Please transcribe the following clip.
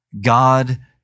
God